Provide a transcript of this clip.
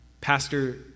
Pastor